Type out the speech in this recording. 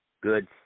good